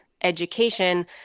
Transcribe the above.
education